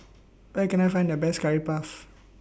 Where Can I Find The Best Curry Puff